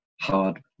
hard